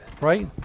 Right